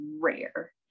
rare